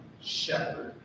shepherd